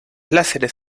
láseres